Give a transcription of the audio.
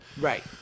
Right